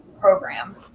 program